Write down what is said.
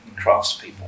craftspeople